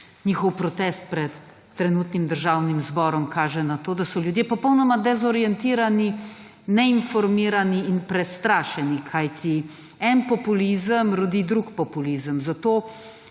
njihov protest pred trenutnim Državnim zborom kaže na to, da so ljudje popolnoma dezorientirani, neinformirani in prestrašeni kajti eden populizem rodi drug populizem,